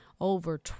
over